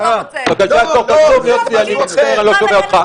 יוסי, אני מצטער, אני לא שומע אותך.